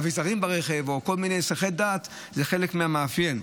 אביזרים ברכב או שכל מיני הסחות דעת הם חלק מהמאפיין.